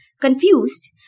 confused